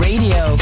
Radio